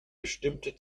bestimmte